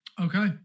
okay